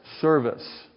service